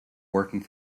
working